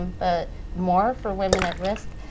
but more for women at risk,